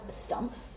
stumps